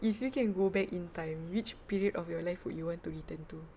if you can go back in time which period of your life would you want to return to